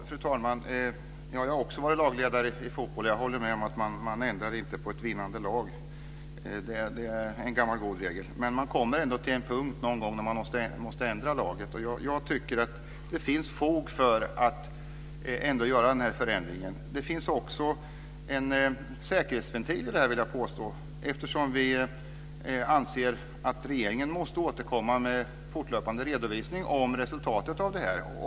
Fru talman! Jag har också varit lagledare i fotboll. Jag håller med om att man inte ändrar på ett vinnande lag. Det är en gammal god regel. Men man kommer ändå någon gång till en punkt där man måste ändra laget. Jag tycker att det finns fog för att göra förändringen. Jag vill påstå att det också finns en säkerhetsventil. Vi anser att regeringen måste återkomma med fortlöpande redovisning av resultatet.